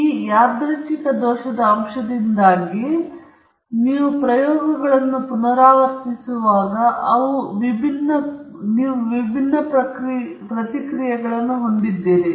ಆದರೆ ಈ ಯಾದೃಚ್ಛಿಕ ದೋಷದ ಅಂಶದಿಂದಾಗಿ ನೀವು ಪ್ರಯೋಗಗಳನ್ನು ಪುನರಾವರ್ತಿಸುವಾಗ ನೀವು ವಿಭಿನ್ನ ಪ್ರತಿಕ್ರಿಯೆಗಳನ್ನು ಹೊಂದಿದ್ದೀರಿ